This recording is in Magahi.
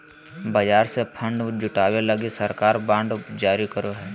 बाजार से फण्ड जुटावे लगी सरकार बांड जारी करो हय